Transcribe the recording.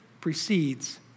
precedes